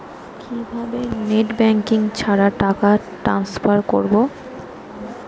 কিভাবে net banking ছাড়া টাকা টান্সফার করব?